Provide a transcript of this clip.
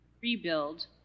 rebuild